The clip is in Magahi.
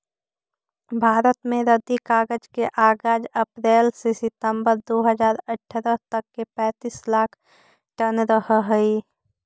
भारत में रद्दी कागज के आगाज अप्रेल से सितम्बर दो हज़ार अट्ठरह तक में पैंतीस लाख टन रहऽ हई